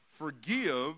Forgive